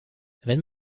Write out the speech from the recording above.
wenn